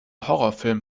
horrorfilm